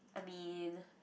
I mean